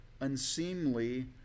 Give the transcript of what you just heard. unseemly